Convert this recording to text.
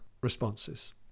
responses